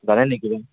জানে নেকি